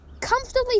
comfortably